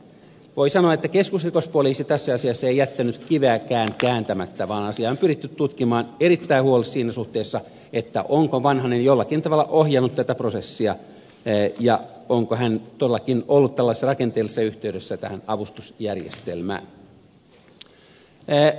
voi sanoa että keskusrikospoliisi ei tässä asiassa jättänyt kiveäkään kääntämättä vaan asia on pyritty tutkimaan erittäin huolellisesti siinä suhteessa onko vanhanen jollakin tavalla ohjannut tätä prosessia ja onko hän todellakin ollut tällaisessa rakenteellisessa yhteydessä tähän avustusjärjestelmään